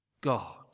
God